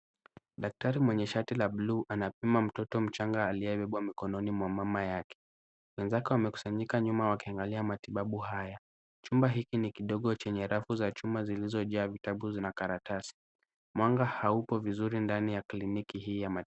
Daktari mwenye shati la buluu, anapima mtoto mchanga aliyebebwa mkononi mwa mama yake. Wenzake wamekusanyika nyuma wakiangalia matibabu haya. Chumba hiki ni kidogo chenye rafu za chuma zilizojaa vitabu zina karatasi. Mwanga haupo vizuri ndani ya kliniki hii ya matibabu.